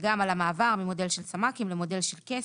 גם על המעבר ממודל של סמ"קים למודל של כסף,